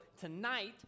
tonight